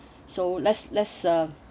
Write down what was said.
so let's let's uh